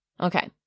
Okay